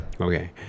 okay